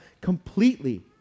completely